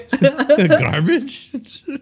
garbage